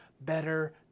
better